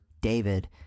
David